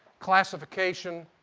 classification,